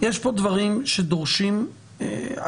יש פה דברים שדורשים הבהרה,